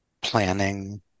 planning